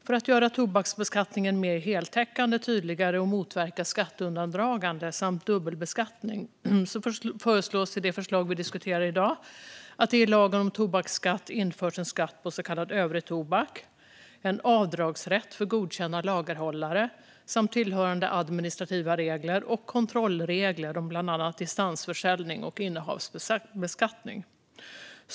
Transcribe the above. För att göra tobaksbeskattningen mer heltäckande och tydligare och motverka skatteundandragande samt dubbelbeskattning föreslås det i det betänkande vi diskuterar i dag att det i lagen om tobaksskatt ska införas en skatt på så kallad övrig tobak, en avdragsrätt för godkända lagerhållare samt tillhörande administrativa regler och kontrollregler om bland annat distansförsäljning och innehavsbeskattning.